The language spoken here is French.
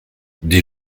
des